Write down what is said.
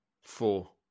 four